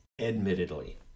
Admittedly